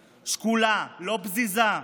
שקולה, לא פזיזה,